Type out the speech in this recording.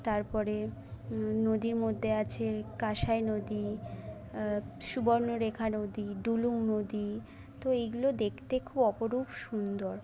তারপরে নদীর মধ্যে আছে কাঁসাই নদী সুবর্ণরেখা নদী ডুলুং নদী তো এইগুলো দেখতে খুব অপরূপ সুন্দর